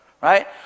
right